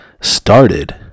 started